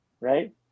right